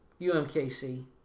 UMKC